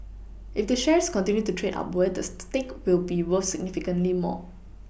if the shares continue to trade upward the stake will be worth significantly more